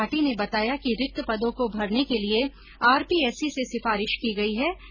श्री भाटी ने बताया कि रिक्त पदों को भरने के लिये आरपीएससी से सिफारिश की गई है